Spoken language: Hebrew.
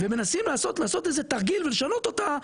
ומנסים לעשות איזה תרגיל ולשנות אותה,